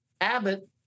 Abbott